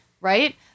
right